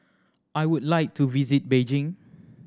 I would like to visit Beijing